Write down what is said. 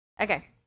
Okay